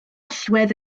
allwedd